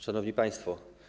Szanowni Państwo!